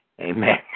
Amen